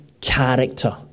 character